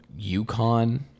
UConn